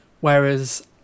Whereas